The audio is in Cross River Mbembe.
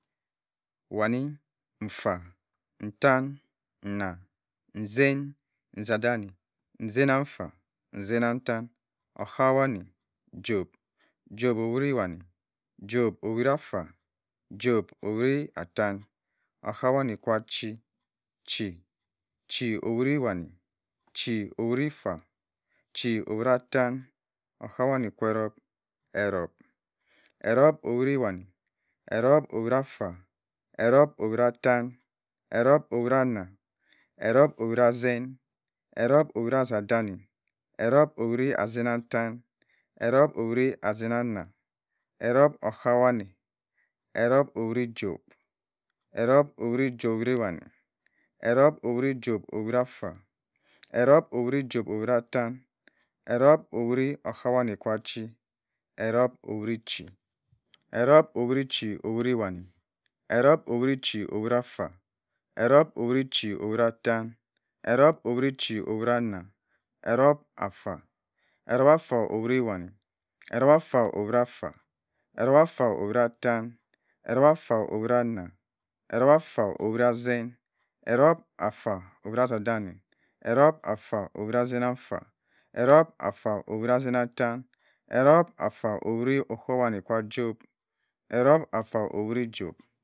Wani afa attan anna asin assadani nzann-ntta nzann-attan okuabwomi johb johb-owit-wani johb-owit nffa johb-owit-nttan owhani kwa-chi chi chi-owit wani chi owit affa chi owit nttan oha-wani ekrop erop erop owit-wani erop owit-afa erop-owit-attan erop-owit-anna erop owit asin erop-owit assadani erop owit nzann-attan erop-owit nzann-anna erop okhabwani erop-owit johb. erop owit johb owit-wani erop owit johb owit affa erop owit johb owit attan erop owit okhabwani kwa chi erop owit-chi erop owit chi owit wani erop owit-chi owit afa erop owit chi owit attan erop owit chi owit anna erop ata erop afa owit wani erop afa owit affa erop afa owit attan erop afa owit anna erop afa owit asin erop afa owit assadani erop afa owit nzan affa erop afa owit nzan attan erop afa owit okhabanani ka jobh erop afa owit jobh